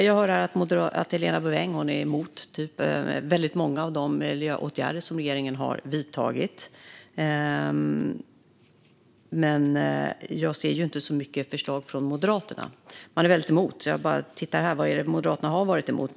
Jag hör här att Helena Bouveng är emot väldigt många av de miljöåtgärder som regeringen har vidtagit. Men jag ser inte så många förslag från Moderaterna; man är bara väldigt emot. Jag har sett efter vad det är Moderaterna har varit emot.